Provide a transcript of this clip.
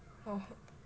oh